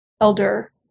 elder